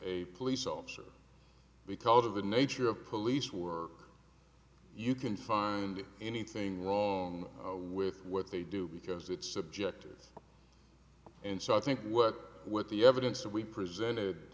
a police officer because of the nature of police work you can find anything wrong with what they do because it's subjective and so i think what what the evidence that we presented